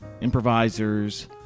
improvisers